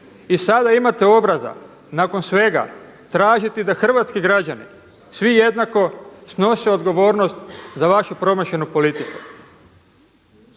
i sada imate obraza nakon svega tražiti da hrvatski građani svi jednako snose odgovornost za vašu promašenu politiku.